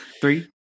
Three